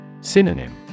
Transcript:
Synonym